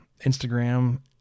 Instagram